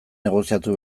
negoziatu